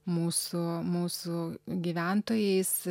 mūsų mūsų gyventojais